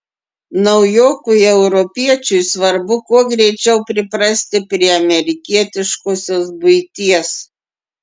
naujokui europiečiui svarbu kuo greičiau priprasti prie amerikietiškosios buities